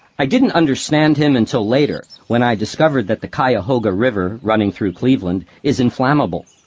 i didn't understand him until later when i discovered that the cuyahoga river running through cleveland is inflammable.